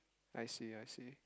I see I see